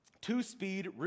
two-speed